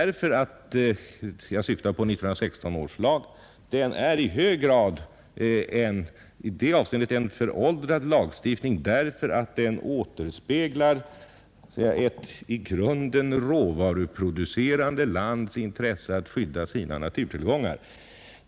Jag syftar på 1916 års lag, som i detta avseende är i hög grad föråldrad, eftersom den återspeglar ett råvaruproducerande lands intresse att skydda sina naturtillgångar.